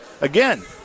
again